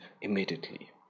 immediately